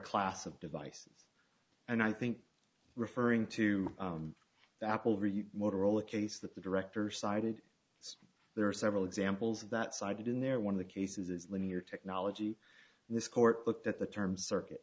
class of devices and i think referring to the apple motorola case that the director cited there are several examples that cited in there one of the cases is linear technology and this court looked at the term circuit